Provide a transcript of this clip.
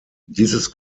dieses